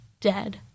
dead